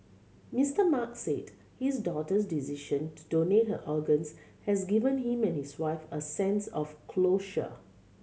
Mister Mark said his daughter's decision to donate her organs has given him and his wife a sense of closure